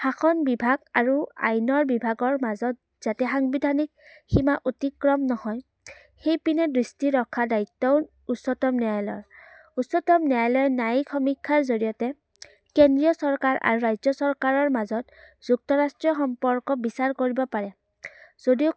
শাসন বিভাগ আৰু আইনৰ বিভাগৰ মাজত যাতে সাংবিধানিক সীমা অতিক্ৰম নহয় সেইপিনে দৃষ্টি ৰখা দায়িত্বও উচ্চতম ন্যায়ালয়ৰ উচ্চতম ন্যায়ালয় নায়িক সমীক্ষাৰ জৰিয়তে কেন্দ্ৰীয় চৰকাৰ আৰু ৰাজ্য চৰকাৰৰ মাজত যুক্তৰাষ্ট্ৰীয় সম্পৰ্ক বিচাৰ কৰিব পাৰে যদিও